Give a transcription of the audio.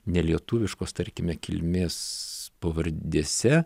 nelietuviškos tarkime kilmės pavardėse